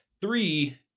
three